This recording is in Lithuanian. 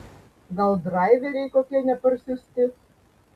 gal draiveriai kokie neparsiųsti